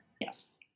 yes